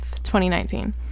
2019